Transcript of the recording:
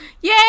Yay